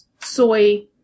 soy